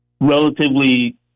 relatively